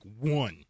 one